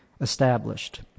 established